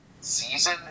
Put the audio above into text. season